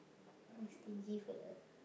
ah stingy fella